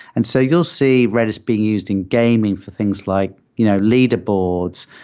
and so you'll see redis being used in gaming for things like you know leader boards,